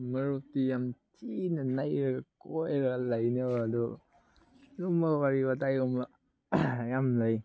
ꯃꯔꯨꯞꯇꯤ ꯌꯥꯝ ꯊꯤꯅ ꯅꯩꯔꯒ ꯀꯣꯏꯔꯒ ꯂꯩꯅꯦꯕ ꯑꯗꯨ ꯑꯗꯨꯝꯕ ꯋꯥꯔꯤ ꯋꯇꯥꯏꯒꯨꯝꯕ ꯌꯥꯝ ꯂꯩ